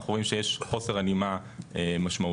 אנחנו רואים שיש חוסר הלימה משמעותי,